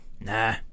Nah